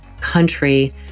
country